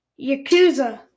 Yakuza